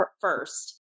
first